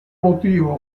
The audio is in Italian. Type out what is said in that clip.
motivo